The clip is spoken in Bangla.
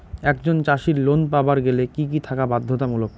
একজন চাষীর লোন পাবার গেলে কি কি থাকা বাধ্যতামূলক?